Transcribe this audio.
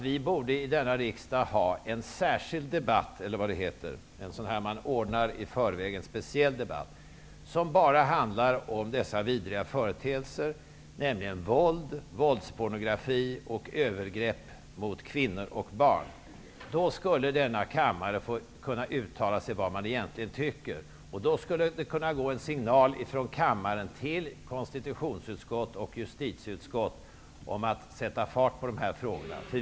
Vi borde i denna riksdag ha en särskilt anordnad debatt som bara skulle handla om dessa vidriga företeelser, nämligen våld, våldspornografi och övergrepp mot kvinnor och barn. Då skulle vi i denna kammare kunna uttala vad vi egentligen tycker. Då skulle det kunna gå en signal ifrån kammaren till konstitutionsutskottet och justitieutskottet om att man skall sätta fart på dessa frågor.